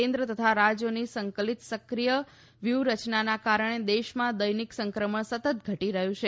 કેન્દ્ર તથા રાજયોની સંકલીત સક્રિય વ્યુહરચનાના કારણે દેશમાં દૈનિક સંક્રમણ સતત ઘટી રહયું છે